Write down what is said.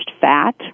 fat